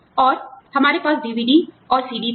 और हमारे पास डीवीडी और सीडी थे